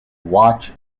watch